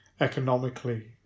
Economically